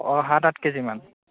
অঁ সাত আঠ কে জিমান